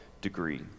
degree